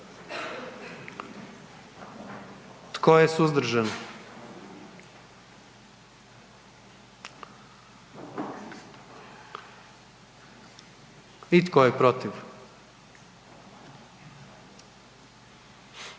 Tko je suzdržan? I tko je protiv?